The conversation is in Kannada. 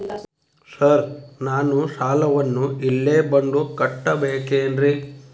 ಸರ್ ನಾನು ಸಾಲವನ್ನು ಇಲ್ಲೇ ಬಂದು ಕಟ್ಟಬೇಕೇನ್ರಿ?